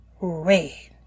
Red